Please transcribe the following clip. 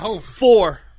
Four